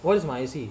what is my C